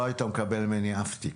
לא היית מקבל ממני אף תיק.